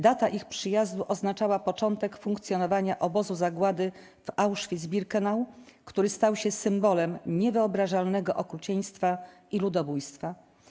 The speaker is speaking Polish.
Data ich przyjazdu oznaczała początek funkcjonowania obozu zagłady w Auschwitz-Birkenau, który stał się symbolem niewyobrażalnego okrucieństwa i ludobójstwa.